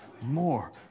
more